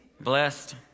blessed